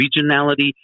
regionality